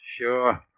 Sure